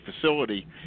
facility